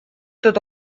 tot